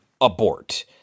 abort